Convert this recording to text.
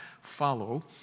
follow